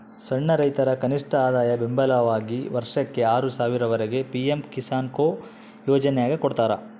ಸಣ್ಣ ರೈತರ ಕನಿಷ್ಠಆದಾಯ ಬೆಂಬಲವಾಗಿ ವರ್ಷಕ್ಕೆ ಆರು ಸಾವಿರ ವರೆಗೆ ಪಿ ಎಂ ಕಿಸಾನ್ಕೊ ಯೋಜನ್ಯಾಗ ಕೊಡ್ತಾರ